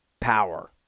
power